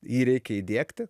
jį reikia įdiegti